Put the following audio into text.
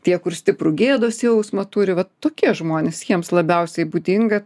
tie kur stiprų gėdos jausmą turi vat tokie žmonės jiems labiausiai būdinga